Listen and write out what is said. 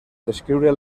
descriure